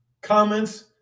comments